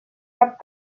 cap